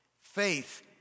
Faith